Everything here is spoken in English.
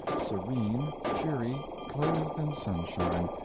serene, cheery, clothed in sunshine,